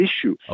issue